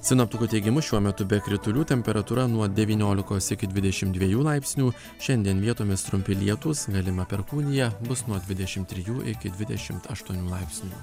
sinoptikų teigimu šiuo metu be kritulių temperatūra nuo devyniolikos iki dvidešim dviejų laipsnių šiandien vietomis trumpi lietūs galima perkūnija bus nuo dvidešim trijų iki dvidešim aštuonių laipsnių